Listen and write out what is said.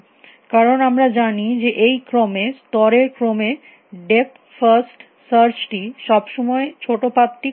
কারণ আমরা জানি যে এই ক্রমে স্তরের ক্রমে ডেপথ ফার্স্ট সার্চ টি সবসময় ছোটো পাথ টি খুঁজে পায়